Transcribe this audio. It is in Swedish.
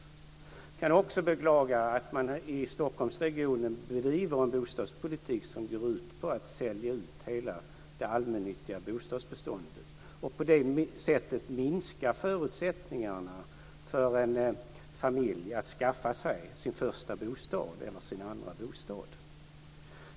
Jag kan också beklaga att man i Stockholmsregionen bedriver en bostadspolitik som går ut på att sälja ut hela det allmännyttiga bostadsbeståndet och på det sättet minskar förutsättningarna för en familj att skaffa sig sin första eller andra bostad.